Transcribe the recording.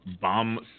bomb